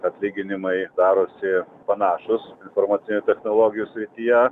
atlyginimai darosi panašūs informacinių technologijų srityje